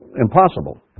impossible